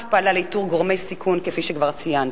היא אף פעלה לאיתור גורמי סיכון, כפי שכבר ציינתי,